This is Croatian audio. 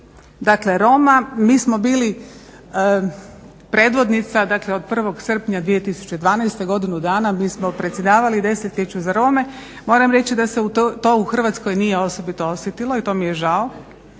dakle, Roma. Mi smo bili predvodnica, dakle od 01. srpnja 2012., godinu dana mi smo predsjedavali Desetljeću za Rome, moram reći da se to u Hrvatskoj nije osobito osjetilo i to mi je žao,